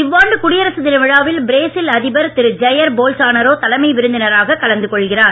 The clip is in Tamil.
இவ்வாண்டு குடியரசு தினவிழாவில் பிரேசில் அதிபர் திரு ஜயர் போல்சானரோ தலைமை விருந்தினராக கலந்து கொள்கிறார்